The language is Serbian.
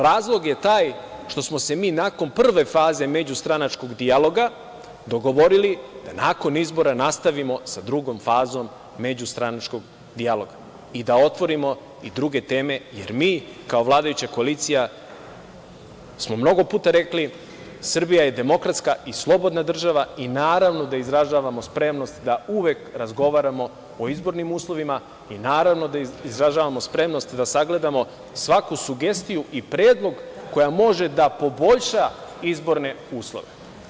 Razlog je taj što smo se mi nakon prve faze međustranačkog dijaloga dogovorili da nakon izbora nastavimo sa drugom fazom međustranačkog dijaloga i da otvorimo i druge teme, jer mi kao vladajuća koalicija smo mnogo puta rekli, Srbija je demokratska i slobodna država i naravno da izražavamo spremnost da uvek razgovaramo o izbornim uslovima i naravno da izražavamo spremnost da sagledamo svaku sugestiju i predlog koji može da poboljša izborne uslove.